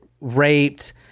raped